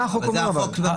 מה החוק אומר אבל?